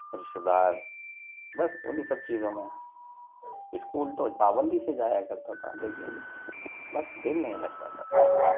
رشتہ دار بس انہیں سب چیزوں میں اسکول تو پابندی سے جایا کرتا تھا لیکن بس دل نہیں لگتا تھا پھر اسکول میں